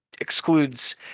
excludes